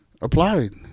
applied